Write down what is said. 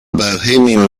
bohemian